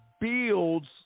builds